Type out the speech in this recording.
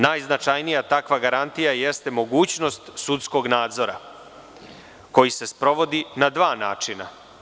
Najznačajnija takva garantija jeste mogućnost sudskog nadzora koji se sprovodi na dva načina.